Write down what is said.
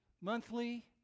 monthly